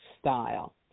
style